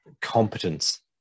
competence